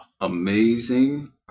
amazing